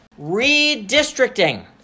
Redistricting